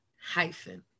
hyphen